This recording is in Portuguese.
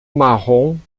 marrom